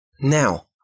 Now